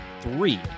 three